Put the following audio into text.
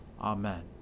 Amen